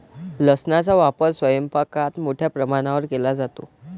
लसणाचा वापर स्वयंपाकात मोठ्या प्रमाणावर केला जातो